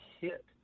hit